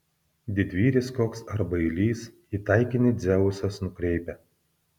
didvyris koks ar bailys į taikinį dzeusas nukreipia